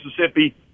Mississippi